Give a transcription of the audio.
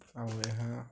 ଆଉ ଏହା